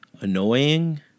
annoying